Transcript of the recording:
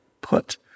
put